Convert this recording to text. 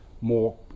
more